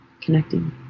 connecting